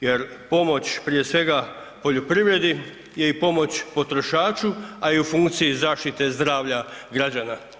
Jer pomoć prije svega poljoprivredi i pomoć potrošaču, a i u funkciji zaštite zdravlja građana.